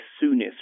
Soonest